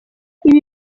ibi